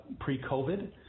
pre-COVID